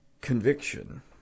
conviction